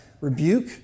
rebuke